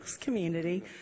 community